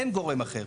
אין גורם אחר.